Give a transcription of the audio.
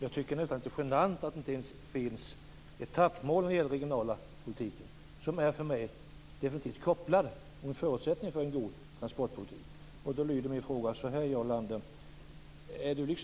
Jag tycker nästan att det är litet genant att det inte ens finns etappmål när det gäller den regionala politiken, som för mig definitivt är kopplad till och en förutsättning för en god transportpolitik. Min fråga lyder så här: Är Jarl Lander